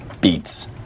beats